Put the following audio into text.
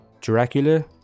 Dracula